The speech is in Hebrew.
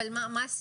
אבל מה הסיבה?